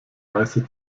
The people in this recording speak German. weiße